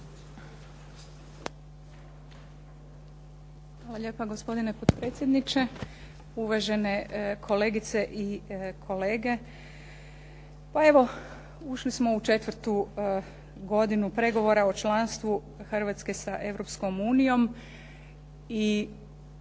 Hvala lijepa gospodine potpredsjedniče, uvažene kolegice i kolege. Pa evo, ušli smo u četvrtu godinu pregovora o članstvu Hrvatske sa Europskom unijom i kada